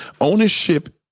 Ownership